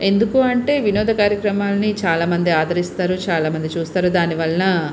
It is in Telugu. ఎందుకు అంటే వినోద కార్యక్రమాలను చాలా మంది ఆదరిస్తారు చాలా మంది చూస్తారు దాని వలన